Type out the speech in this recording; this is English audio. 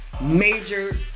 major